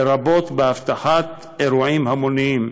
לרבות באבטחת אירועים המוניים,